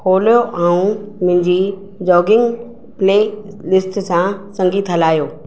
खोलियो ऐं मुंहिंजी जॉगिंग में लिस्ट सां संगीत हलायो